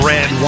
Red